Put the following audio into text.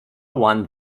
won